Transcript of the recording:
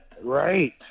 right